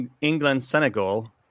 England-Senegal